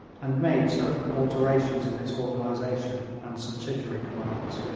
and made certain alterations in its organisation and subsidiary commands.